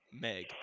Meg